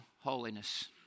holiness